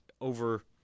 over